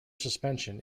suspension